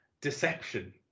deception